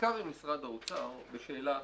בעיקר עם משרד האוצר בשאלה אחרת.